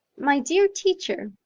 my dear teacher,